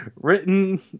written